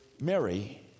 Mary